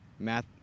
Math